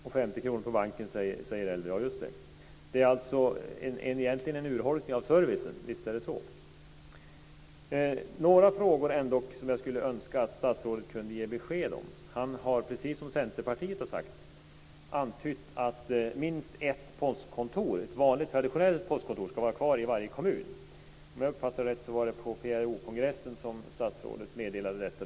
50 kr kostar det på banken, säger Elver Jonsson. Det är egentligen en urholkning av servicen, visst är det så. Jag har ändock några frågor som jag skulle önska att statsrådet kunde ge besked om. Han har antytt, precis som Centerpartiet har sagt, att minst ett vanligt traditionellt postkontor ska vara kvar i varje kommun. Om jag uppfattat det rätt så var det på PRO kongressen som statsrådet meddelade detta.